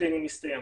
הקליני מסתיים.